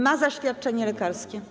Ma zaświadczenie lekarskie.